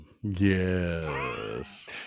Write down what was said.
Yes